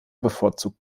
bevorzugt